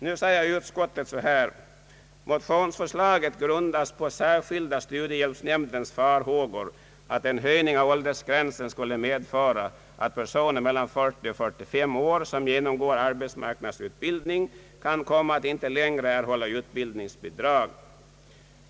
Nu säger utskottet så här: »Motionsförslaget grundas på centrala studiehjälpsnämndens farhågor att en höjning av åldersgränsen skulle medföra att personer mellan 40 och 45 år som genomgår arbetsmarknadsutbildning kan komma att inte längre erhålla utbildningsbidrag.